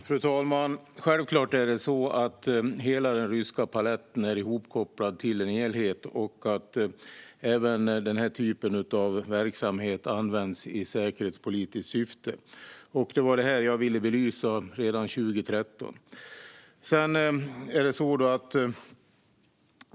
Fru talman! Självklart är hela den ryska paletten ihopkopplad till en helhet, och även den här typen av verksamhet används i säkerhetspolitiskt syfte. Det var det här jag ville belysa redan 2013.